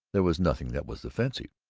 there was nothing that was offensive.